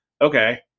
Okay